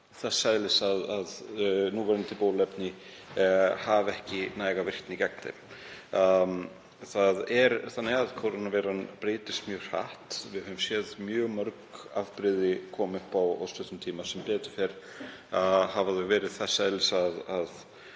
þess eðlis að núverandi bóluefni hafa ekki næga virkni gegn þeim. Kórónuveiran breytist mjög hratt. Við höfum séð mjög mörg afbrigði koma upp á örstuttum tíma. Sem betur fer hafa þau verið þess eðlis að